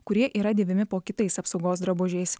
kurie yra dėvimi po kitais apsaugos drabužiais